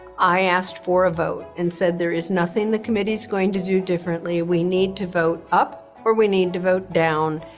i asked for a vote and said, there is nothing the committee's going to do differently. we need to vote up or we need to vote down.